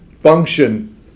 function